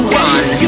one